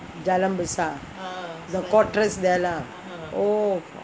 jalan besar the quarters there lah oh